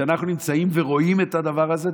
שנמצאים ורואים את הדבר הזה,